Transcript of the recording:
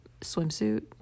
swimsuit